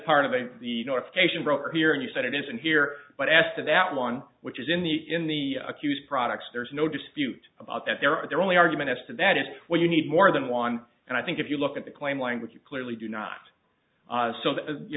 part of a the north station broker here and you said it isn't here but as to that one which is in the in the accused products there's no dispute about that there are only argument as to that is when you need more than one and i think if you look at the claim language you clearly do not so th